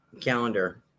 calendar